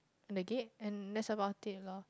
and the gate and that's about it loh